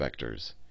vectors